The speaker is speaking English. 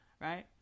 Right